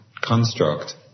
construct